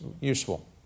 useful